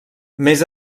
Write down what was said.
més